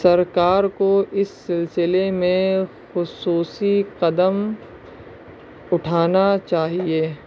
سرکار کو اس سلسلے میں خصوصی قدم اٹھانا چاہیے